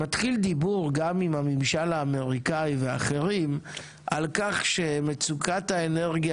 מתחיל דיבור גם עם הממשל האמריקאי ואחרים על כך שמצוקת האנרגיה